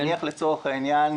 נניח לצורך העניין,